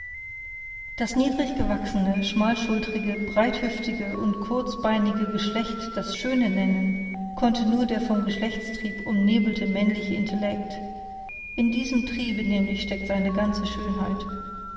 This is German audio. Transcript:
das niedrig gewachsene schmalschultrige breithüftige und kurzheinige geschlecht das schöne nennen konnte nur der vom geschlechtstrieb umnebelte männliche intellekt in diesem triebe nämlich steckt seine ganze schönheit